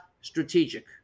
strategic